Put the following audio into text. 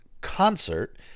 concert